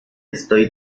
estoy